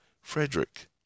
Frederick